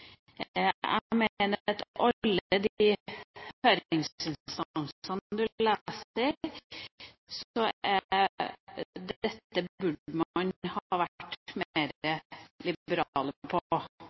Jeg mener at alle de høringsinstansene man leser, sier at dette burde man ha vært